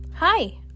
Hi